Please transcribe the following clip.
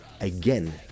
again